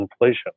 inflation